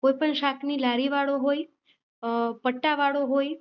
કોઈપણ શાકની લારીવાળો હોય પટાવાળો હોય